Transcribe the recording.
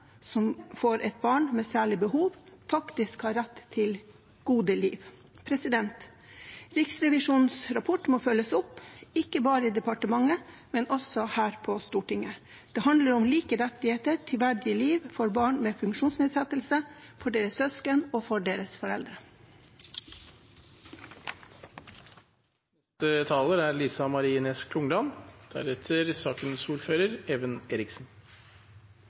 som får et barn med særlige behov, har rett til et godt liv. Riksrevisjonens rapport må følges opp, ikke bare i departementet, men også her på Stortinget. Det handler om like rettigheter til et verdig liv for barn med funksjonsnedsettelse, deres søsken og deres foreldre. Barn er